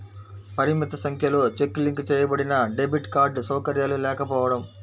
పరిమిత సంఖ్యలో check link చేయబడినడెబిట్ కార్డ్ సౌకర్యాలు లేకపోవడం